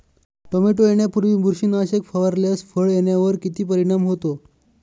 Tomato येण्यापूर्वी बुरशीनाशक फवारल्यास फळ येण्यावर किती परिणाम होतो?